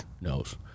knows